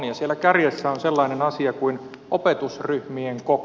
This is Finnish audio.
siellä kärjessä on sellainen asia kuin opetusryhmien koko